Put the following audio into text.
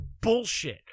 bullshit